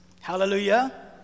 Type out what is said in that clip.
hallelujah